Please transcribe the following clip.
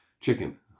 chicken